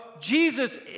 Jesus